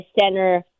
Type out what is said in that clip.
center